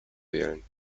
wählen